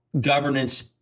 governance